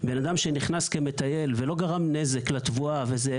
אדם שנכנס כמטייל ולא גרם נזק לתבואה וכו',